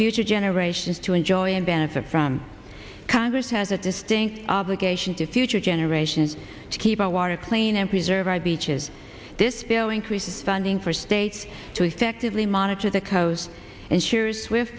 future generations to enjoy and benefit from congress has a distinct obligation to future generations to keep our water plain and preserve our beaches this bill increases funding for states to effectively monitor the house and shares with